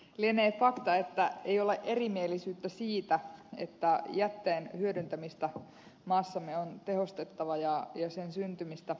lienee fakta että ei ole erimielisyyttä siitä että jätteen hyödyntämistä maassamme on tehostettava ja sen syntymistä vähennettävä